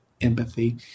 empathy